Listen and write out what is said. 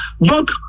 Donc